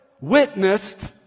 witnessed